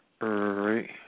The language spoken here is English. right